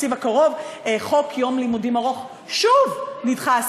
שבתקציב הקרוב חוק יום לימודים ארוך שוב נדחה.